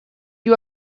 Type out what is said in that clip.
you